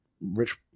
rich